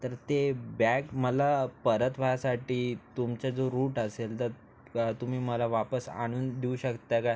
तर ते बॅग मला परत व्हायसाठी तुमचं जो रूट असेल तर तुम्ही मला वापस आणून देऊ शकता का